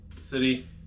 city